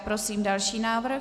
Prosím další návrh.